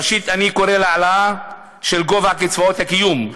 ראשית, אני קורא להעלאה של גובה קצבאות הקיום,